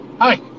Hi